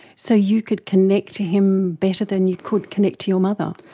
so you could connect to him better than you could connect to your mother?